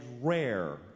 rare